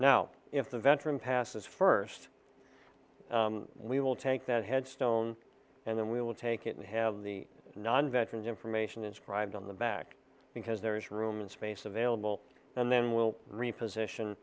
now if the veteran passes first we will take that headstone and then we will take it and have the non veterans information inscribed on the back because there is room and space available and then we'll repose ition